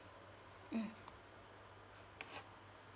mm